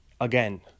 again